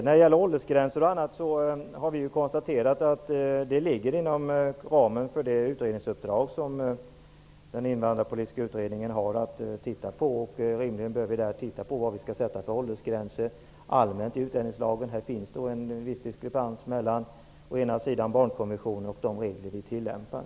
När det gäller åldersgränser har vi konstaterat att det ligger inom ramen för det uppdrag som den invandrarpolitiska utredningen har. Vi bör rimligen där titta på vilka åldersgränser som skall sättas allmänt i utlänningslagen. Här finns en viss diskrepans mellan å ena sidan barnkonventionen och å andra sidan de regler som tillämpas.